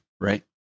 right